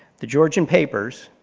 the georgian papers,